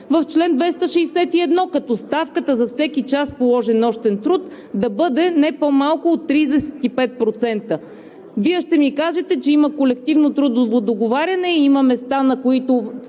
в чл. 261, като ставката за всеки час положен нощен труд да бъде не по-малко от 35%. Вие ще ми кажете, че има колективно трудово договаряне, има места, на които